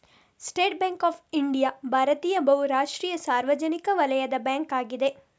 state Bank of India ಭಾರತೀಯ ಬಹು ರಾಷ್ಟ್ರೀಯ ಸಾರ್ವಜನಿಕ ವಲಯದ ಬ್ಯಾಂಕ್ ಅಗಿದೆ